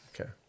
Okay